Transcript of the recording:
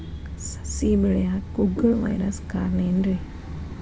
ಸಸಿ ಬೆಳೆಯಾಕ ಕುಗ್ಗಳ ವೈರಸ್ ಕಾರಣ ಏನ್ರಿ?